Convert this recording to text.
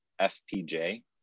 FPJ